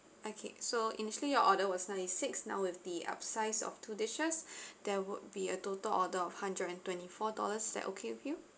okay so initially your order was ninety six now with the upsize of two dishes there would be a total order of hundred and twenty four dollars is that okay with you